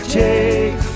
take